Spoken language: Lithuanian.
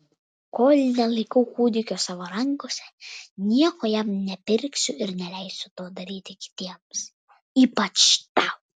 kol nelaikau kūdikio savo rankose nieko jam nepirksiu ir neleisiu to daryti kitiems ypač tau